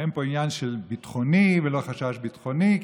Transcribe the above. אין פה עניין ביטחוני ולא חשש ביטחוני,